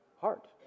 Heart